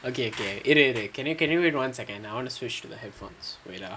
okay okay இரு இரு:iru iru can you can you wait one second I want to switch to the headphones